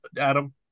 Adam